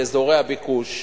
באזורי הביקוש,